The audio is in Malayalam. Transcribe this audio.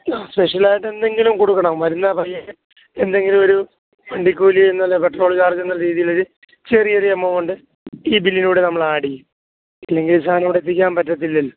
സ്പെഷ്യലായിട്ട് എന്തെങ്കിലും കൊടുക്കണം വരുന്ന പയ്യൻ എന്തെങ്കിലും ഒരു വണ്ടിക്കൂലി എന്നല്ല പെട്രോള് ചാർജെന്ന രീതീയിൽ ചെറിയ ഒരു എമൗണ്ട് ഈ ബില്ലിലൂടെ നമ്മൾ ആഡ് ചെയ്യും ഇല്ലെങ്കിൽ സാധനം ഇവിടെ എത്തിക്കാൻ പറ്റത്തില്ലല്ലോ